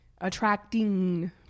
attracting